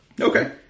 Okay